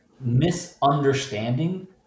misunderstanding